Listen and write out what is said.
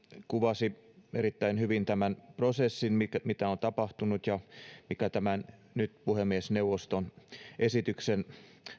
kuvasi erittäin hyvin tämän prosessin mikä on tapahtunut ja mikä nyt tämän puhemiesneuvoston esityksen